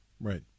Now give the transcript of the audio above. Right